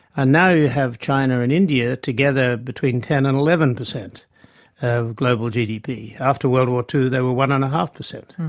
and now you have china and india together between ten and eleven per cent of global gdp. after world war ii they were one-and-a-half per cent,